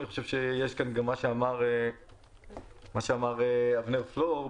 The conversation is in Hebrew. אני חושב שיש כאן גם את מה שאמר אבנר פלור,